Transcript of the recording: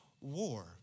war